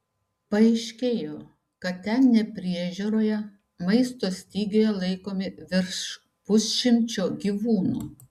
paaiškėjo kad ten nepriežiūroje maisto stygiuje laikomi virš pusšimčio gyvūnų